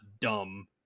dumb